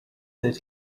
that